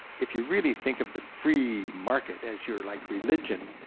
if you really think of the free market as your like religion,